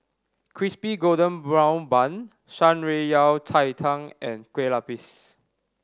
Crispy Golden Brown Bun Shan Rui Yao Cai Tang and Kueh Lapis